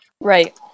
Right